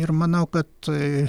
ir manau kad tai